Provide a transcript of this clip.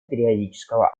периодического